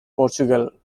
portugal